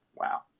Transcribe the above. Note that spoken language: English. Wow